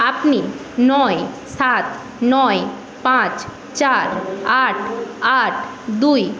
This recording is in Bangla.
আপনি নয় সাত নয় পাঁচ চার আট আট দুই